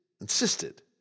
insisted